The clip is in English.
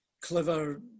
clever